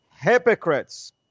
hypocrites